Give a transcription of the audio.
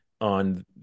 on